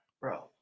Bro